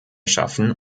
schaffen